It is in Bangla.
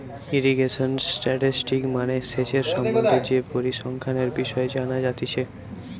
ইরিগেশন স্ট্যাটিসটিক্স মানে সেচের সম্বন্ধে যে পরিসংখ্যানের বিষয় জানা যাতিছে